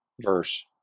verse